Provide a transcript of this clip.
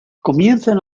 comienzan